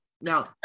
now